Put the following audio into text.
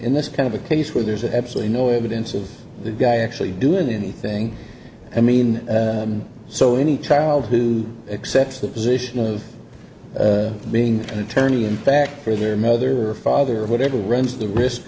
in this kind of a case where there's absolutely no evidence of the guy actually doing anything i mean so any child who accepts the position of being an attorney in fact for their mother or father or whatever runs the risk